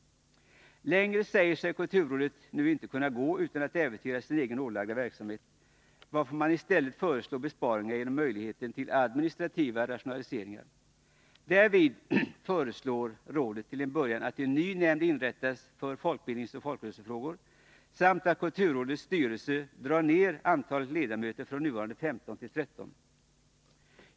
Längre säger sig kulturrådet nu inte kunna gå utan att äventyra sin egen ålagda verksamhet, varför man i stället föreslår besparingar genom möjligheten till administrativa rationaliseringar. Därvid föreslår rådet till en början att en ny nämnd inrättas för folkbildningsoch folkrörelsefrågor, samt att kulturrådets styrelse drar ner antalet ledamöter från nuvarande 15 till 13.